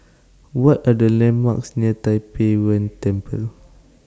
What Are The landmarks near Tai Pei Yuen Temple